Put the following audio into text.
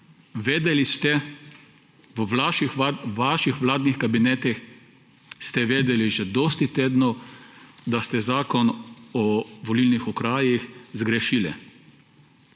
Vedeli ste, v vaših vladnih kabinetih ste vedeli že dosti tednov, da ste zakon o volilnih okrajih zgrešili